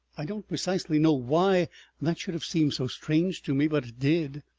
i don't precisely know why that should have seemed so strange to me, but it did,